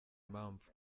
mpamvu